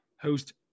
host